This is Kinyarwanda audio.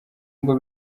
ngo